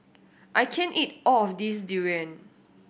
I can't eat all of this durian